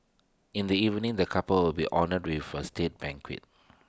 in the evening the couple will honoured be with A state banquet